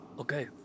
Okay